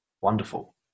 wonderful